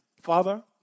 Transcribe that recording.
Father